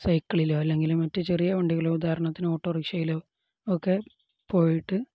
സൈക്കിളിലോ അല്ലെങ്കില് മറ്റു ചെറിയ വണ്ടികള് ഉദാഹരണത്തിന് ഓട്ടോ റിക്ഷയിലോ ഒക്കെ പോയിട്ട്